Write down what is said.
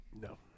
No